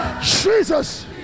Jesus